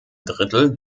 drittel